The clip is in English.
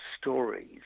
stories